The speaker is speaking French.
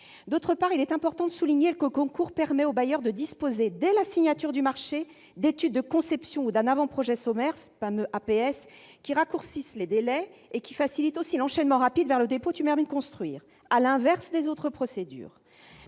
jours. Il est important également de souligner que le concours permet aux bailleurs de disposer, dès la signature du marché, d'études de conception ou d'un avant-projet sommaire- le fameux APS -qui raccourcissent les délais et facilitent l'enchaînement rapide vers le dépôt du permis de construire, à l'inverse des autres procédures.